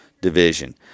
division